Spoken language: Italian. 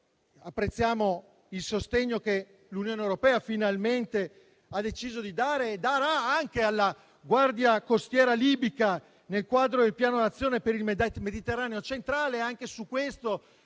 Apprezziamo il sostegno che l'Unione europea finalmente ha deciso di dare e darà anche alla Guardia costiera libica, nel quadro del piano d'azione per il Mediterraneo centrale.